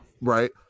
right